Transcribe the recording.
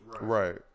right